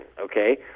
okay